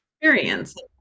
experience